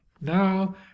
now